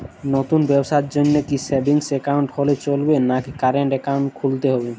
নতুন ব্যবসার জন্যে কি সেভিংস একাউন্ট হলে চলবে নাকি কারেন্ট একাউন্ট খুলতে হবে?